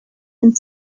and